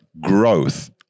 growth